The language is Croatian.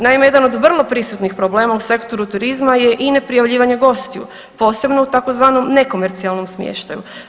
Naime, jedan od vrlo prisutnih problema u sektoru turizma je i ne prijavljivanje gostiju posebno u tzv. nekomercijalnom smještaju.